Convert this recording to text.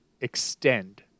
extend